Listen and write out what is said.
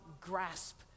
grasp